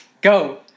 go